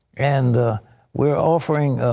and we're offering,